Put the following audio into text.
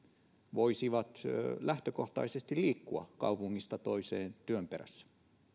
voisivat lähtökohtaisesti liikkua kaupungista toiseen työn perässä